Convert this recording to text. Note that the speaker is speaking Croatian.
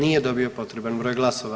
Nije dobio potreban broj glasova.